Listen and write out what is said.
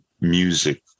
music